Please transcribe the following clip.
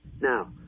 Now